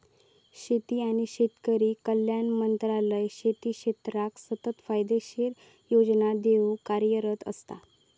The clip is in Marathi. शेती आणि शेतकरी कल्याण मंत्रालय शेती क्षेत्राक सतत फायदेशीर रोजगार देऊक कार्यरत असता